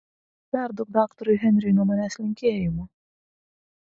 perduok daktarui henriui nuo manęs linkėjimų